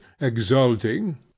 exulting